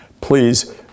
Please